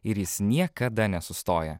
ir jis niekada nesustoja